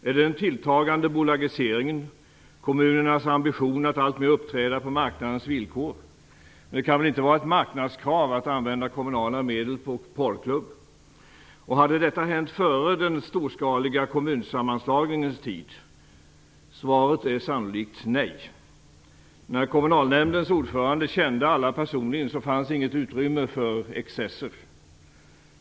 Är det den tilltagande bolagiseringen och kommunernas ambition att alltmer uppträda på marknadens villkor? Men det kan väl inte vara ett marknadskrav att använda kommunala medel på porrklubb. Hade detta kunnat hända före den storskaliga kommunsammanslagningens tid? Svaret är sannolikt nej. När kommunalnämndens ordförande kände alla personligen fanns inget utrymme för excesser.